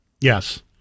Yes